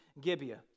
Gibeah